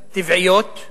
זה שיעור של כיתה י'.